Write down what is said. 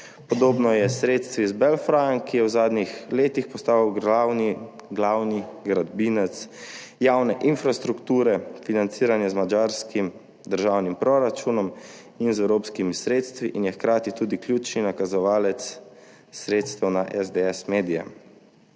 Podobno je s sredstvi z Belfryem, ki je v zadnjih letih postal glavni gradbinec javne infrastrukture, financirane z madžarskim državnim proračunom in z evropskimi sredstvi, in je hkrati tudi ključni nakazovalec sredstev na medije